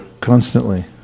constantly